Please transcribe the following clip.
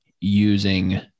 using